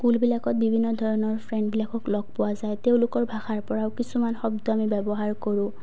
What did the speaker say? স্কুলবিলাকত বিভিন্ন ধৰণৰ ফ্ৰেণ্ডবিলাকক লগ পোৱা যায় তেওঁলোকৰ ভাষাৰ পৰাও কিছুমান শব্দ আমি ব্যৱহাৰ কৰোঁ